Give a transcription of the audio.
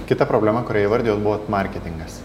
kita problema kurią įvardijot buvo marketingas